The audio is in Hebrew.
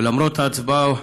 ולמרות הצבעה,